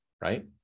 right